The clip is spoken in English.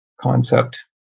concept